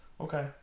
okay